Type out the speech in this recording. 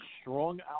strong